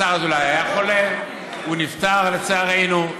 השר אזולאי היה חולה, הוא נפטר, לצערנו.